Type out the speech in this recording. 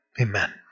Amen